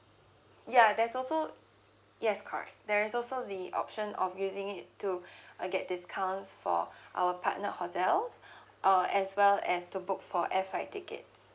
ya there's also yes correct there is also the option of using it to uh get discounts for our partnered hotels uh as well as to book for air flight tickets